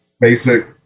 basic